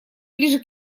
ближе